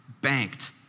banked